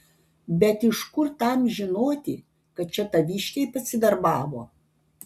bet iš kur tam žinoti kad čia taviškiai pasidarbavo